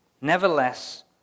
Nevertheless